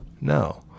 no